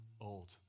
old